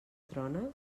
trona